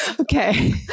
Okay